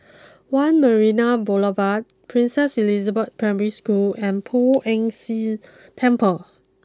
one Marina Boulevard Princess Elizabeth Primary School and Poh Ern Shih Temple